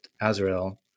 Azrael